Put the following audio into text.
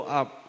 up